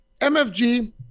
MFG